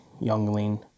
youngling